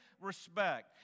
respect